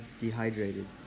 dehydrated